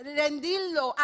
rendirlo